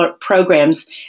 programs